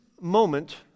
moment